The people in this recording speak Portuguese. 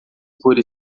por